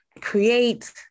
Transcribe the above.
create